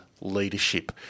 leadership